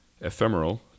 ephemeral